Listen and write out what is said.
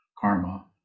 karma